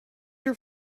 your